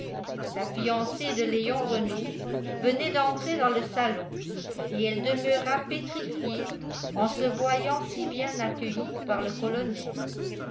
la fiancée de léon renault venait d'entrer dans le salon et elle demeura pétrifiée en se voyant si bien accueillie par le colonel